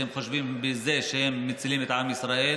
והם חושבים שבזה הם מצילים את עם ישראל,